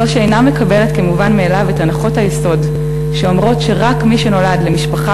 זו שאינה מקבלת כמובן מאליו את הנחות היסוד שאומרות שרק מי שנולד למשפחה